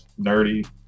nerdy